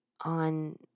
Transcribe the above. on